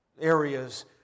areas